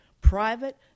private